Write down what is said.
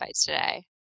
today